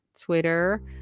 twitter